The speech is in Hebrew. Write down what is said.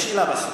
יש שאלה בסוף.